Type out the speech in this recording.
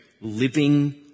living